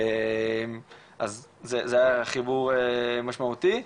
אז זה החיבור משמעותי,